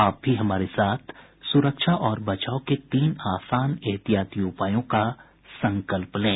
आप भी हमारे साथ सुरक्षा और बचाव के तीन आसान एहतियाती उपायों का संकल्प लें